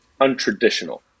untraditional